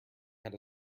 had